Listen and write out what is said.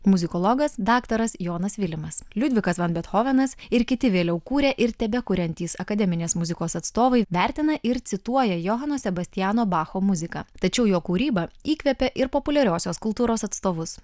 muzikologas daktaras jonas vilimas liudvikas van bethovenas ir kiti vėliau kūrę ir tebekuriantys akademinės muzikos atstovai vertina ir cituoja johano sebastiano bacho muziką tačiau jo kūryba įkvepia ir populiariosios kultūros atstovus